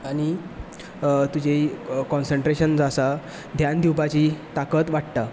आनी तुजी कोन्संट्रेशन जी आसा ध्यान दिवपाची ताकत वाडटा